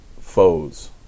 foes